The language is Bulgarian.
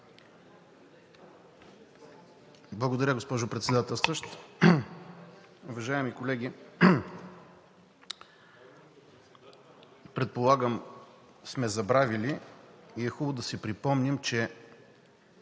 Благодаря, госпожо Председател. Уважаеми колеги! Предполагам сме забравили и е хубаво да си припомним, че